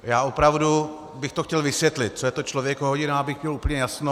Já opravdu bych to chtěl vysvětlit, co je to člověkohodina, abych měl úplně jasno.